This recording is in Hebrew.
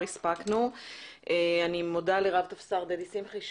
אני מודה לרב טפסר דדי שמחי,